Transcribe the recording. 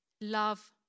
love